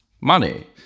money